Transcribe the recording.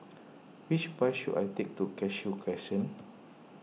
which bus should I take to Cashew Crescent